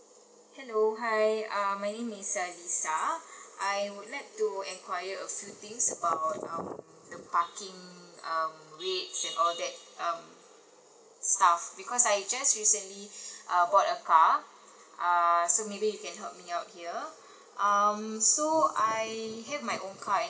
hello hi um my name is uh lisa I would like to enquire a few things about um the parking um wage and all that um stuff because I just recently uh bought a car err so maybe you can help me out here um so I have my own car